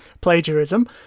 plagiarism